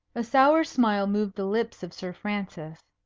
a sour smile moved the lips of sir francis.